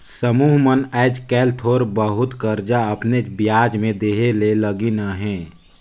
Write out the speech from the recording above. समुह मन आएज काएल थोर बहुत करजा अपनेच बियाज में देहे ले लगिन अहें